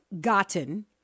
gotten—